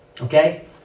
Okay